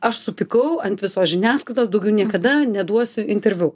aš supykau ant viso žiniasklaidos daugiau niekada neduosiu interviu